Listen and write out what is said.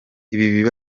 ibi